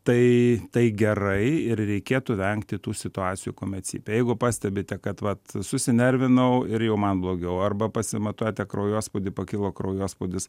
tai tai gerai ir reikėtų vengti tų situacijų kuomet cypia jeigu pastebite kad vat susinervinau ir jau man blogiau arba pasimatuojate kraujospūdį pakilo kraujospūdis